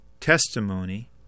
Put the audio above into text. testimony